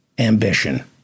Ambition